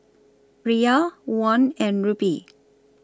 Riyal Won and Rupee